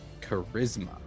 charisma